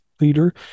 leader